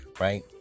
right